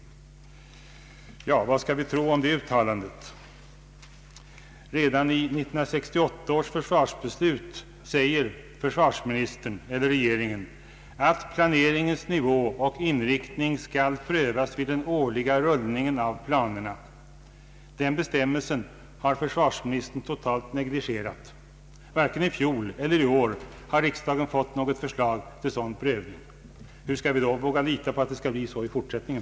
Ja, vad skall vi tro om detta uttalande? Redan i 1968 års försvarsbeslut sade regeringen att planeringens nivå och inriktning skulle prövas vid den årliga rullningen av planerna. Den bestämmelsen har försvarsministern totalt negligerat. Varken i fjol eller i år har riksdagen fått något förslag till sådan prövning. Hur skall vi då våga lita på en sådan möjlighet i fortsättningen?